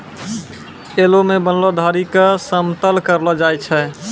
हलो सें बनलो धारी क समतल करलो जाय छै?